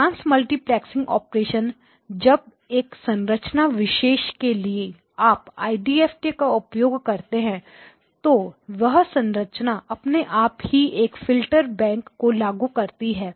ट्रांसमल्टीप्लेक्सिं operation जब एक संरचना विशेष के लिए आप आईडीएफटी IDFT का उपयोग करते हैं तो वह संरचना अपने आप ही एक फिल्टर बैंक को लागू करती है